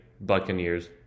Buccaneers